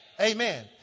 Amen